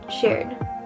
shared